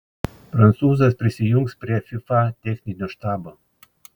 prancūzas prisijungs prie fifa techninio štabo